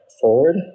forward